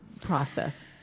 process